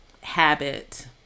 habit